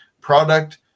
product